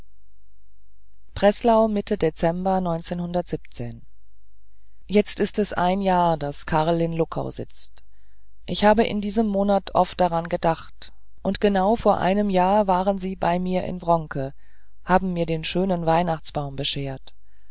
breslau mitte dezember jetzt ist es ein jahr daß karl in luckau sitzt ich habe in diesem monat oft daran gedacht und genau vor einem jahr waren sie bei mir in wronke haben mir den schönen weihnachtsbaum beschert